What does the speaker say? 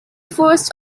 first